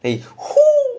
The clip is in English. eh